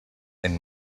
and